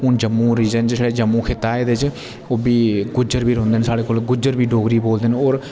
हुन जम्मू रीजन च छड़ा जम्मू खित्ता ऐ ऐदे च उबी गुज्जर बी रौंछदे न साढ़े कौल गुज्जर बी डोगरी बोलदे न